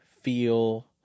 feel